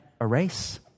erase